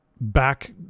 back